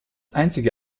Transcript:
einzige